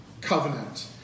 covenant